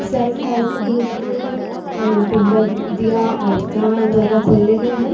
self help group ਪਿੰਡਾਂ ਵ ਦੀਆਂ ਔਰਤਾਂ ਦੁਆਰਾ ਖੋਲ੍ਹੇ ਗਏ ਹਨ